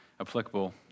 applicable